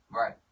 Right